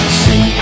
see